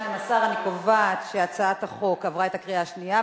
12. אני קובעת שהצעת החוק עברה בקריאה שנייה.